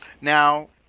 Now